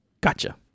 gotcha